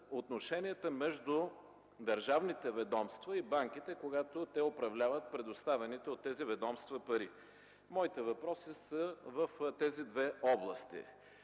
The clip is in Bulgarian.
отношенията между държавните ведомства и банките, когато те управляват предоставените от тези ведомства пари. Моите въпроси са в тези две области.